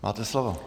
Máte slovo.